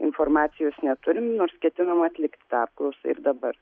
informacijos neturim nors ketinama atlikti tą apklausą ir dabar